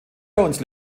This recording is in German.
jones